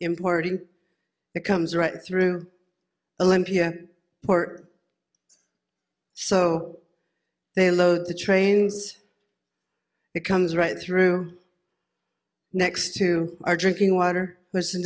importing it comes right through olympia port so they load the trains it comes right through next to our drinking water